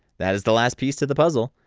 that is the last piece to the puzzle.